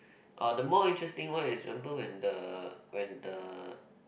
orh the more interesting one is remember when the when the